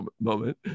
moment